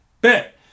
bet